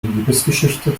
liebesgeschichte